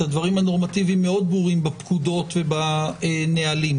הדברים הנורמטיביים מאוד ברורים בפקודות ובנהלים,